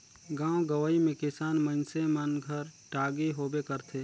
गाँव गंवई मे किसान मइनसे मन घर टागी होबे करथे